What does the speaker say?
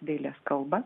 dailės kalbą